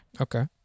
Okay